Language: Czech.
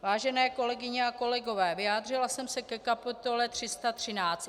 Vážené kolegyně a kolegové, vyjádřila jsem se ke kapitole 313.